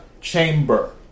Chamber